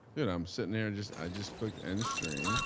i'm sitting there and just i just clicked and the stream.